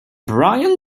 brian